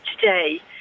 today